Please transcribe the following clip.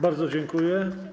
Bardzo dziękuję.